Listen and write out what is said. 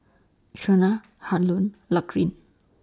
Shonna Harlon